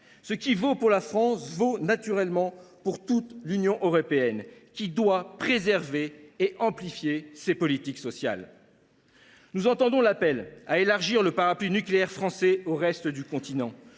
Ce qui vaut pour la France vaut naturellement pour toute l’Union européenne : celle ci doit préserver et amplifier ses politiques sociales. Nous entendons l’appel à élargir le parapluie nucléaire français au reste du continent